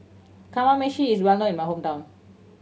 kamameshi is well known in my hometown